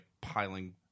piling